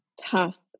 tough